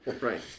right